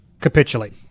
capitulate